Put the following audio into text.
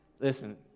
listen